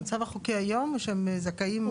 המצב החוקי היום הוא שהם זכאים,